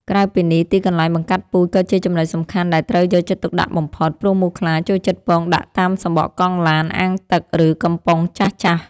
ក្រៅពីនេះ ទីកន្លែងបង្កាត់ពូជក៏ជាចំណុចសំខាន់ដែលត្រូវយកចិត្តទុកដាក់បំផុត ព្រោះមូសខ្លាចូលចិត្តពងដាក់តាមសំបកកង់ឡាន អាងទឹក ឬកំប៉ុងចាស់ៗ។